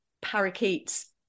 parakeets